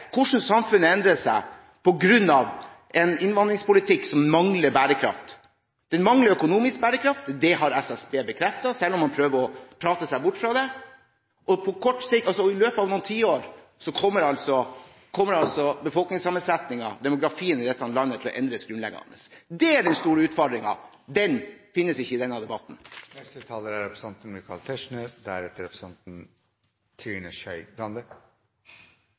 hvordan samfunnet endrer seg, på grunn av en innvandringspolitikk som mangler bærekraft. Den mangler økonomisk bærekraft. Det har SSB bekreftet, selv om man prøver å prate seg bort fra det. Og på kort sikt, i løpet av noen tiår, kommer befolkningssammensetningen, demografien i dette landet, til å endres grunnleggende. Det er den store utfordringen, og den finnes ikke i denne debatten. Jeg ble utfordret av representanten